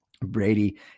Brady